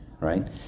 Right